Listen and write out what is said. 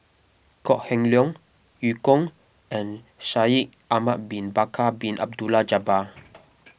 Kok Heng Leun Eu Kong and Shaikh Ahmad Bin Bakar Bin Abdullah Jabbar